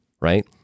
right